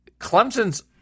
Clemson's